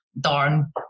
darn